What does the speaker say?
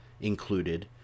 included